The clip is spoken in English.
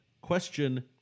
question